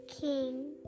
King